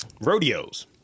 rodeos